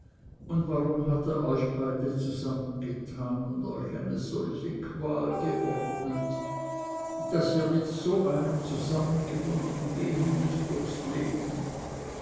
und warum hat er euch beide zusammengetan und euch eine solche qual geordnet daß ihr mit so einem zusammengebunden gehen müßt durchs leben